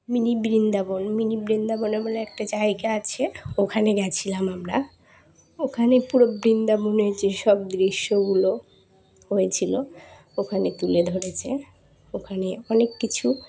mini Vrindavan mini বৃন্দাবনে বলে একটা জায়গা আছে ওখানে গিয়েছিলাম আমরা ওখানে পুরো বৃন্দাবনের যে সব দৃশ্যগুলো হয়েছিলো ওখানে তুলে ধরেছে ওখানে অনেক কিছু